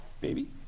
baby